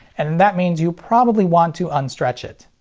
and that means you probably want to un-stretch it.